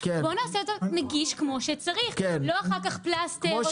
בוא נעשה כמו שצריך ולא אחר כך פלסטר.